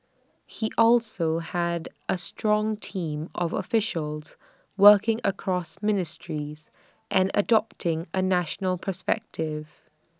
he also had A strong team of officials working across ministries and adopting A national perspective